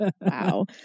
Wow